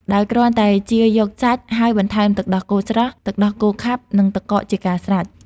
ដោយគ្រាន់តែជៀរយកសាច់ ហើយបន្ថែមទឹកដោះគោស្រស់ ទឹកដោះគោខាប់ និងទឹកកកជាការស្រេច។